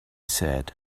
said